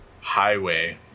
highway